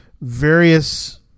various